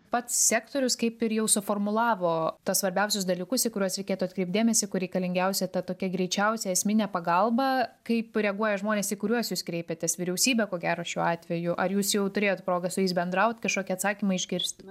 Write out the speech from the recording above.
pats sektorius kaip ir jau suformulavo tas svarbiausius dalykus į kuriuos reikėtų atkreipt dėmesį kur reikalingiausia ta tokia greičiausia esminė pagalba kaip reaguoja žmonės į kuriuos jūs kreipiatės vyriausybė ko gero šiuo atveju ar jūs jau turėjot progą su jais bendraut kažkokį atsakymą išgirst